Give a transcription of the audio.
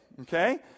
Okay